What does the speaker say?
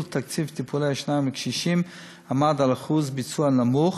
תקציב טיפולי השיניים לקשישים עמד על אחוז ביצוע נמוך